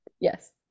yes